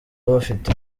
bafite